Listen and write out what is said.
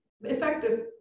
effective